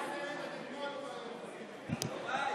יוראי,